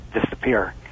disappear